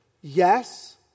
yes